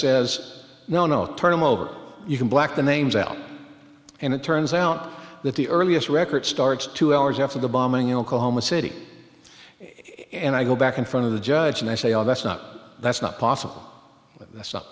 says no no turn him over you can black the names out and it turns out that the earliest record starts two hours after the bombing in oklahoma city and i go back in front of the judge and i say oh that's not that's not possible that's not